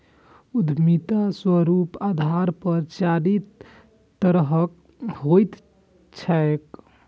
उद्यमिता स्वरूपक आधार पर चारि तरहक होइत छैक